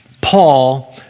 Paul